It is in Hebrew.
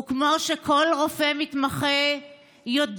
וכמו שכל רופא מתמחה יודע,